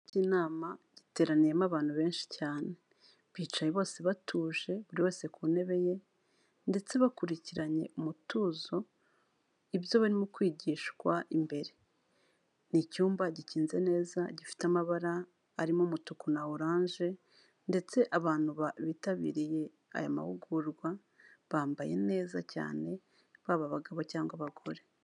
igi inama giteraniyemo abantu benshi cyane bicaye bose batuje buri wese ku ntebe ye ndetse bakurikiranye umutuzo ibyo barimo kwigishwa imbere ni icyumba gikinze neza gifite amabara arimo umutuku na orange ndetse abantu bitabiriye aya mahugurwa bambaye neza cyane baba abagabo cyangwa abagore